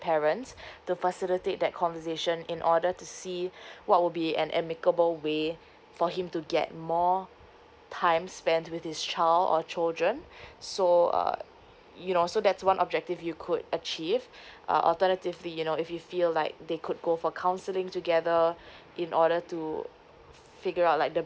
parents to facilitate that conversation in order to see what would be an amicable way for him to get more time spent with this child or children so uh you know so that's one objective you could achieve uh alternatively you know if you feel like they could go for counselling together in order to figure out like the